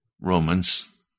Romans